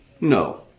No